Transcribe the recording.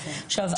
עכשיו,